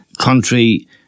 country